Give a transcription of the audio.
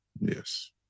Yes